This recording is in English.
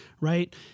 right